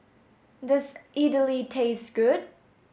does Idly taste good